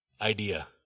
idea